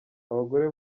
abagore